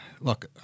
look